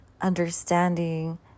understanding